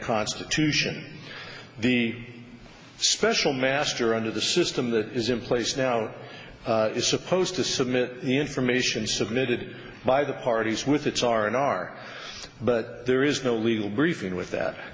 constitution the special master under the system that is in place now is supposed to submit information submitted by the parties with its r n r but there is no legal briefing with that